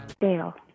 Dale